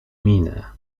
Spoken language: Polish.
minę